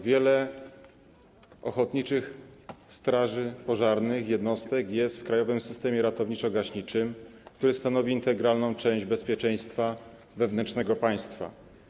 Wiele jednostek ochotniczych straży pożarnych jest w krajowym systemie ratowniczo-gaśniczym, który stanowi integralną część bezpieczeństwa wewnętrznego państwa.